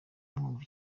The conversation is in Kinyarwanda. mwumva